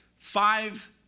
Five